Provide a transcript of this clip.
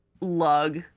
lug